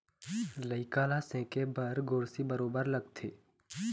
लइका ल सेके बर गोरसी बरोबर लगथे